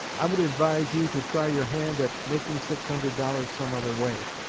i would advise you to try your hand at making six hundred dollars some other way.